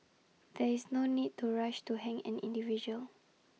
there is no need to rush to hang an individual